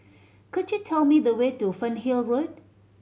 could you tell me the way to Fernhill Road